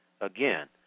Again